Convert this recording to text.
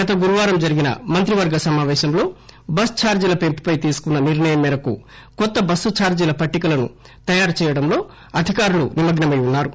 గత గురువారం జరిగిన మంత్రివర్గ సమావేశంలో బస్ ఛార్లీల పెంపుపై తీసుకున్న నిర్ణయం మేరకు కొత్త బస్సు ఛార్జీల పట్టికలను తయారు చేయడంలో అధికారులు నిమగ్నమై ఉన్నారు